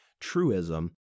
truism